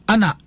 Ana